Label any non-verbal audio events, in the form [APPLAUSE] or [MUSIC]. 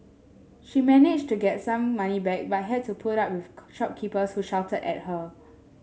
she managed to get some money back but had to put up with [UNINTELLIGIBLE] shopkeepers who shouted at her